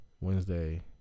Wednesday